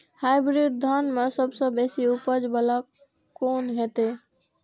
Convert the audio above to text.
Hybrid धान में सबसे बेसी उपज बाला कोन हेते?